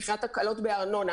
מבחינת הקלות בארנונה.